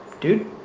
dude